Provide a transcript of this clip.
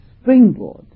springboard